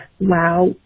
wow